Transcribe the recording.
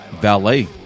valet